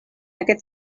aquest